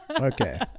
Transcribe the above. Okay